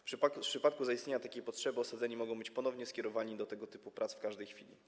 W przypadku zaistnienia takiej potrzeby osadzeni mogą być ponownie skierowani do tego typu prac w każdej chwili.